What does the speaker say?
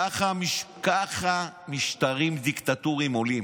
ככה משטרים דיקטטוריים עולים.